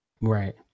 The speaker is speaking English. Right